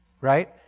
Right